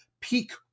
peak